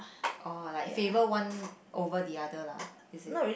oh like favour one over the other lah is it